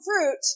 fruit